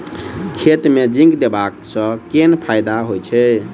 खेत मे जिंक देबा सँ केँ फायदा होइ छैय?